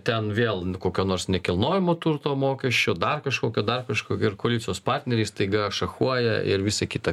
ten vėl kokio nors nekilnojamo turto mokesčio dar kažkokio dar kažkokio ir koalicijos partneriai staiga šachuoja ir visa kita